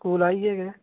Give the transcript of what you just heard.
कोल आइयै गै